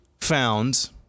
found